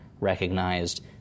recognized